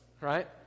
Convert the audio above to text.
right